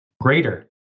greater